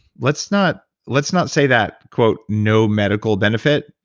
let's not let's not say that, quote no medical benefit,